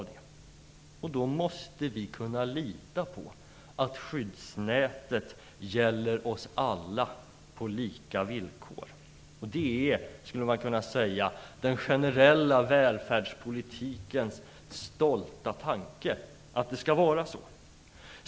Då måste vi kunna lita på att skyddsnätet gäller oss alla på lika villkor. Man skulle kunna säga att det är den generella välfärdspolitikens stolta tanke att det skall vara så.